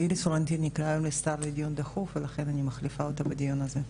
איריס פלורנטין נקראה לדיון דחוף ולכן אני מחליפה אותה בדיון הזה.